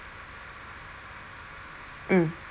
mm